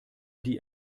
die